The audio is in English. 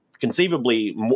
conceivably